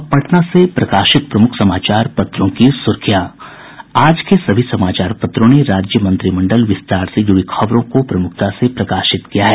अब पटना से प्रकाशित प्रमुख समाचार पत्रों की सुर्खियां आज के सभी समाचार पत्रों ने राज्यमंत्रिमंडल विस्तार से जुड़ी खबरों को प्रमुखता से प्रकाशित किया है